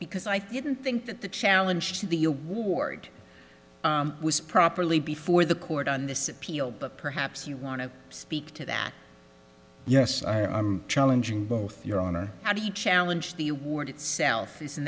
because i didn't think that the challenge to the your ward was properly before the court on this appeal but perhaps you want to speak to that yes i am challenging both your honor how do you challenge the award itself is